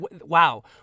wow